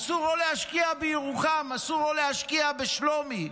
אסור לו להשקיע בירוחם, אסור לו להשקיע בשלומי,